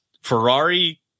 Ferrari